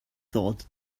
thought